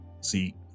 See